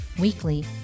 weekly